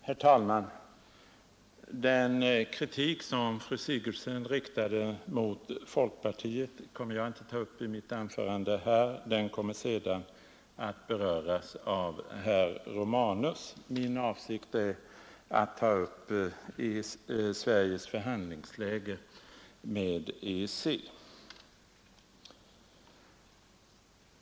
Herr talman! Den kritik som fru Sigurdsen riktade mot folkpartiet kommer jag inte att ta upp i mitt anförande här; den kommer senare att bemötas av herr Romanus. Min avsikt är att tala om Sveriges förhandlingar med EEC.